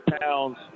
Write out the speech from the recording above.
pounds